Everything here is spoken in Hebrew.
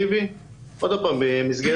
שחייב להימצא במקום,